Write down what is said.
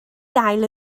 gael